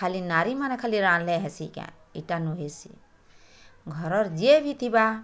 ଖାଲି ନାରୀମାନେ ଖାଲି ରାନ୍ଧ୍ଲେ ହେସି କେଁ ଇଟା ନୁହେଁସି ଘରର୍ ଯିଏ ବି ଥିବା